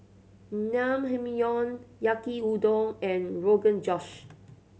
Naengmyeon Yaki Udon and Rogan Josh